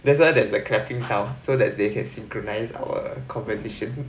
that's why that's correcting sound so that they can synchronize our conversation